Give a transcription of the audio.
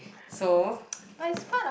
so